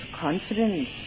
confidence